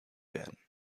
werden